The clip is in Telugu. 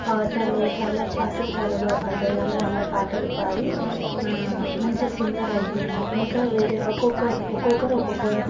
పాటలో చాలా పాటలు చాలా బాగా పడతాయి ఆమె అలా పాటలు పాడి మంచి సింగర్ అయ్యింది ఇంకా వేరే ఒక్కొక్క ఒక్కొక్కరు ఒక్కొక్క